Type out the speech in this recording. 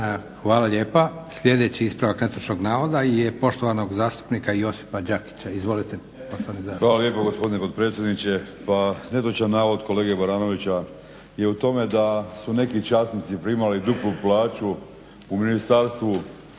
Hvala lijepa. Sljedeći ispravak netočnog navoda je poštovanog zastupnika Josipa Đakića. Izvolite poštovani zastupniče. **Đakić, Josip (HDZ)** Hvala lijepa gospodine potpredsjedniče. Pa netočan navod kolege Baranovića je u tome da su neki časnici primali duplu plaću u Ministarstvu